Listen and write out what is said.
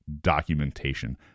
documentation